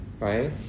right